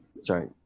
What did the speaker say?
Sorry